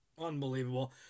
Unbelievable